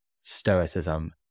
Stoicism